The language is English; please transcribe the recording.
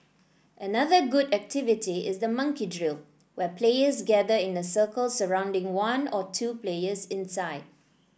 another good activity is the monkey drill where players gather in a circle surrounding one or two players inside